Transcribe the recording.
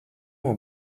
vont